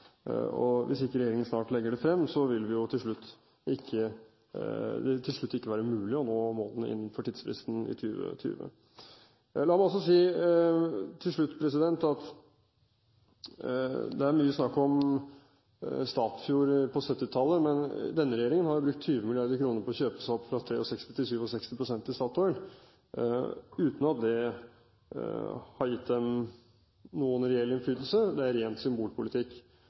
Hvis ikke regjeringen snart legger det frem, vil det jo til slutt ikke være mulig å nå målene innenfor tidsfristen i 2020. La meg også si til slutt at det har vært mye snakk om Statfjord på 1970-tallet. Men denne regjeringen har jo brukt 20 mrd. kr på å kjøpe seg opp fra 63 til 67 pst. i Statoil uten at det har gitt dem noen reell innflytelse. Det er ren symbolpolitikk.